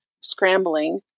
scrambling